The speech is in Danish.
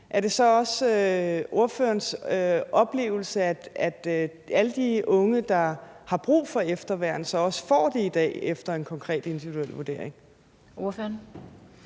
Er det så også ordførerens oplevelse, at alle de unge, der har brug for efterværn, også får det i dag efter en konkret og individuel vurdering? Kl.